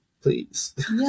please